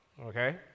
okay